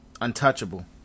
untouchable